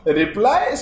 reply